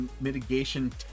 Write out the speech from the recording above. mitigation